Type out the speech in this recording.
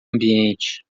ambiente